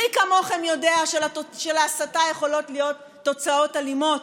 מי כמוכם יודע שלהסתה יכולות להיות תוצאות אלימות.